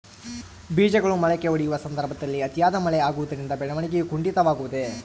ಬೇಜಗಳು ಮೊಳಕೆಯೊಡೆಯುವ ಸಂದರ್ಭದಲ್ಲಿ ಅತಿಯಾದ ಮಳೆ ಆಗುವುದರಿಂದ ಬೆಳವಣಿಗೆಯು ಕುಂಠಿತವಾಗುವುದೆ?